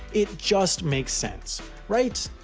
it just make sense! right?